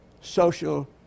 social